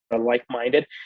Like-minded